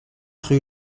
rue